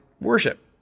worship